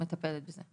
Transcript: מטפלת בזה.